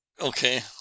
Okay